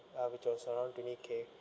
uh which was around twenty K